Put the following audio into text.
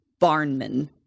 barnman